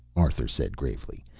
arthur said gravely,